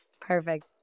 Perfect